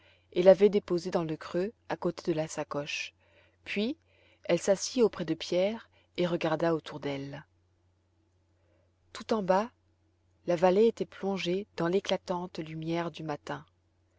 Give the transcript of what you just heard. et l'avait déposé dans le creux à côté de la sacoche puis elle s'assit auprès de pierre et regarda autour d'elle tout en bas la vallée était plongée dans l'éclatante lumière du matin